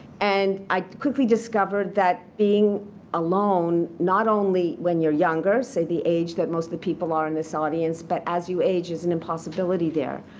and i quickly discovered that being alone not only when you're younger, say the age that most of the people are in this audience, but as you age is an impossibility there,